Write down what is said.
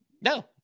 No